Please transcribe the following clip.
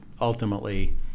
ultimately